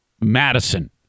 Madison